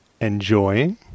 enjoying